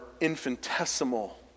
infinitesimal